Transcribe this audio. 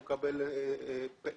הוא מקבל את הפיצויים,